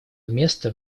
место